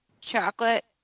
chocolate